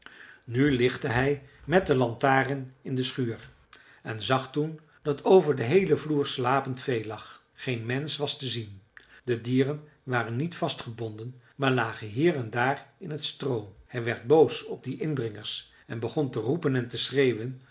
nu lichtte hij met de lantaarn in de schuur en zag toen dat over den heelen vloer slapend vee lag geen mensch was te zien de dieren waren niet vastgebonden maar lagen hier en daar in het stroo hij werd boos op die indringers en begon te roepen en te schreeuwen